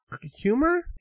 humor